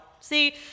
see